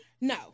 No